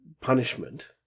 punishment